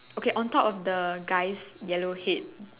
okay on top of the guy's yellow head